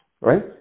right